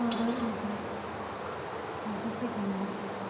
ᱯᱚᱱᱨᱚᱭ ᱟᱜᱚᱥ ᱪᱷᱟᱵᱤᱥᱮ ᱡᱟᱱᱩᱣᱟᱨᱤ